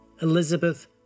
Elizabeth